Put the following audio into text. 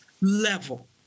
level